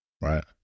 right